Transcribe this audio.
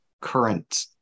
current